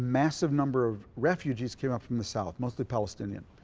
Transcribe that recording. massive number of refugees came up from the south mostly palestinian.